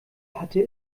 hatte